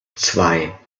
zwei